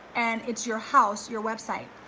and it's your house, your website,